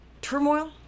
Turmoil